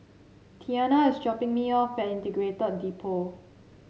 Tianna is dropping me off at Integrated Depot